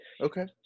Okay